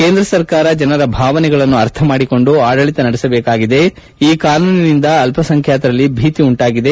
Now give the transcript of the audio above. ಕೇಂದ್ರ ಸರ್ಕಾರ ಜನರ ಭಾವನೆಗಳನ್ನು ಅರ್ಥ ಮಾಡಿಕೊಂಡು ಆಡಳಿತ ನಡೆಸಬೇಕಾಗಿದೆ ಈ ಕಾನೂನಿನಿಂದ ಅಲ್ಲಸಂಖ್ಯಾತರಲ್ಲಿ ಭೀತಿ ಉಂಟಾಗಿದೆ